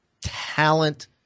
talent